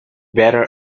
better